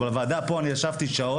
ישבתי פה בוועדה שעות,